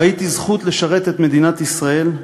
ראיתי זכות לשרת את מדינת ישראל,